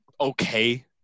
okay